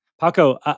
Paco